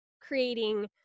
creating